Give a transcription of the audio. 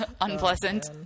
unpleasant